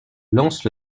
lance